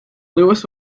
lewis